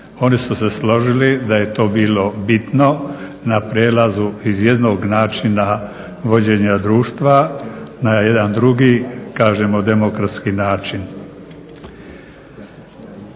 Oni su se složili da je to bilo bitno na prijelazu iz jednog načina vođenja društva na jedan drugi, kažemo demokratski način.